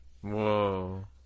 Whoa